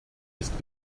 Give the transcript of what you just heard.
ist